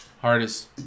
Hardest